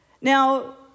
Now